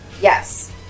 Yes